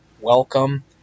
welcome